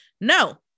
no